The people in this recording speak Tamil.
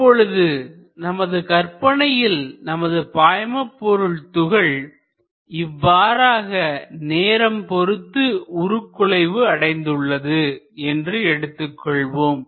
இப்பொழுது நமது கற்பனையில் நமது பாய்மபொருள் துகள் இவ்வாறாக நேரம் பொறுத்து உருகுலைவு அடைந்துள்ளது என்று எடுத்துக்கொள்வோம்